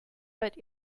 but